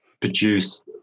produce